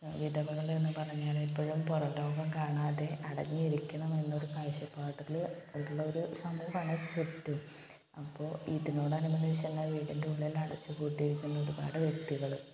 വിധവകളെന്ന് പറഞ്ഞാലെപ്പഴും പുറം ലോകം കാണാതെ അടഞ്ഞിരിക്കണം എന്നൊരു കഴ്ചപ്പാടില് ഉള്ളൊരു സമൂഹമാണ് ചുറ്റും അപ്പോൾ ഇതിനോടനുബന്ധിച്ചെല്ലാം വീട്ടിനുള്ളിലടച്ച് പൂട്ടിയിരിക്കുന്ന ഒരുപാട് വ്യക്തികള്